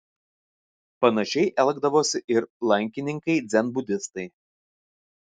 panašiai elgdavosi ir lankininkai dzenbudistai